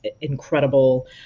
incredible